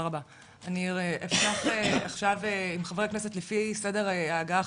אני אפתח עכשיו עם חברי הכנסת לפי סדר ההגעה.